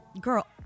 Girl